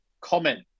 comment